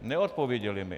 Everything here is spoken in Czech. Neodpověděli mi.